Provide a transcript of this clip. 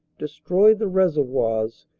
destroyed the reservoirs,